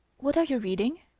what are you reading?